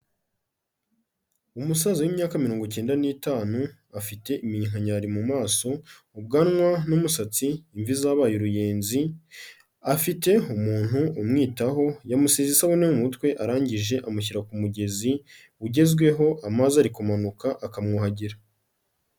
Umusaza w'imyaka mirongo icyenda n'itanu, afite iminkanyari mu maso, ubwanwa n'umusatsi, imvi zabaye uruyenzi, afite umuntu umwitaho, yamusize isabune mu mutwe, arangije amushyira ku mugezi ugezweho, amazi ari kumanuka akamwuhagira.